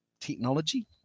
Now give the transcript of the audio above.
technology